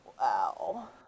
Wow